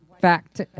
fact